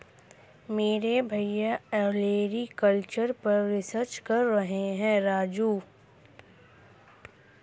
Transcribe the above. मेरे भैया ओलेरीकल्चर पर रिसर्च कर रहे हैं राजू